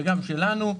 וגם שלנו.